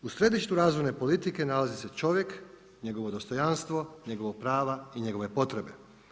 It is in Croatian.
U središnju razvojne politike nalazi se čovjek, njegovo dostojanstvo, njegova prava i njegove potrebe.